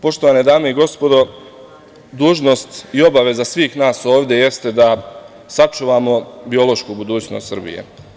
Poštovane dame i gospodo, dužnost i obaveza svih nas ovde jeste da sačuvamo biološku budućnost Srbije.